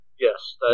Yes